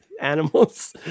animals